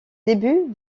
début